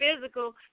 physical